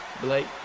Blake